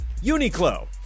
Uniqlo